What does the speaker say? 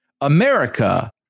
america